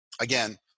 again